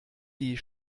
die